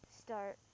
start